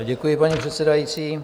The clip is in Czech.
Děkuji, paní předsedající.